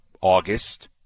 August